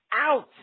out